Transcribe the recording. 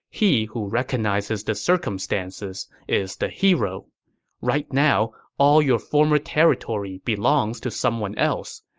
he who recognizes the circumstances is the hero right now, all your former territory belongs to someone else.